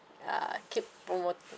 uh keep promote